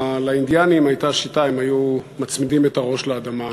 לאינדיאנים הייתה שיטה: הם היו מצמידים את הראש לאדמה.